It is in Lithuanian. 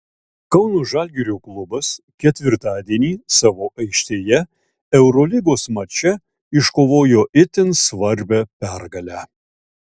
kauno žalgirio klubas ketvirtadienį savo aikštėje eurolygos mače iškovojo itin svarbią pergalę